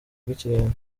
rw’ikirenga